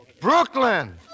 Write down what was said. Brooklyn